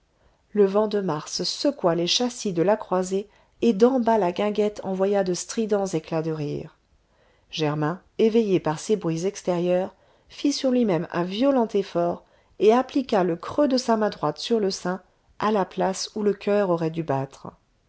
le vent de mars secoua les châssis de la croisée et d'en bas la guinguette envoya de stridents éclats de rire germain éveillé par ces bruits extérieurs fit sur lui-même un violent effort et appliqua le creux de sa main droite sur le sein à la place où le coeur aurait dû battre